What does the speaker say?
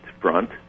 front